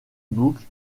book